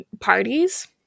parties